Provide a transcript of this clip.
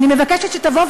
אני מבקשת שתבוא,